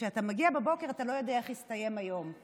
שכשאתה מגיע בבוקר אתה לא יודע איך יסתיים היום.